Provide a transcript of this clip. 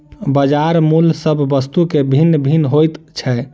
बजार मूल्य सभ वस्तु के भिन्न भिन्न होइत छै